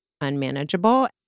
unmanageable